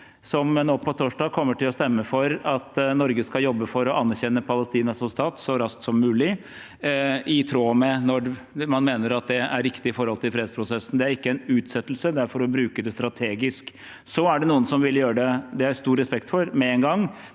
salen nå på torsdag kommer til å stemme for at Norge skal jobbe for å anerkjenne Palestina som stat så raskt som mulig – når man mener at det er riktig i forhold til fredsprosessen. Det er ikke en utsettelse, det er for å bruke det strategisk. Så er det noen som vil gjøre det med en gang, det har jeg stor respekt for, men det